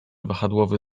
wahadłowy